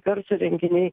garso renginiai